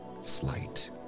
slight